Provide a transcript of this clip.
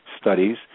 studies